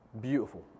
Beautiful